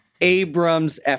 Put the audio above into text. Abrams